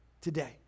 today